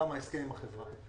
גם ההסכם עם החברה.